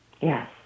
yes